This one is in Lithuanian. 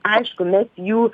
aišku mes jų